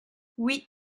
oui